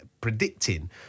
predicting